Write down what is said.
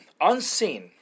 unseen